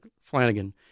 Flanagan